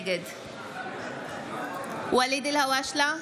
נגד ואליד אלהואשלה,